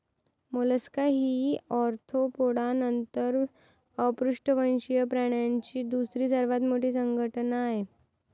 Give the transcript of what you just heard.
Mollusca ही Arthropoda नंतर अपृष्ठवंशीय प्राण्यांची दुसरी सर्वात मोठी संघटना आहे